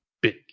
big